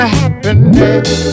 happiness